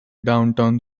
downtown